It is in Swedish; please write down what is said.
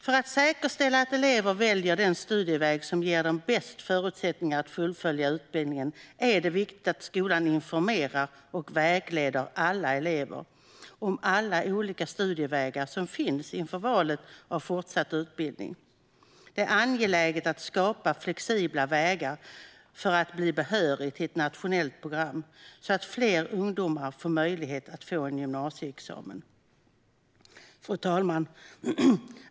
För att säkerställa att elever väljer den studieväg som ger dem bäst förutsättningar att fullfölja utbildningen är det viktigt att skolan informerar och vägleder alla elever om alla olika studievägar som finns inför valet av fortsatt utbildning. Det är angeläget att skapa flexibla vägar för att bli behörig till ett nationellt program så att fler ungdomar får möjlighet att få en gymnasieexamen. Fru talman!